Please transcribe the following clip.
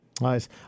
nice